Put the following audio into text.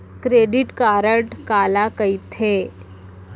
Credit card काला कहिथे?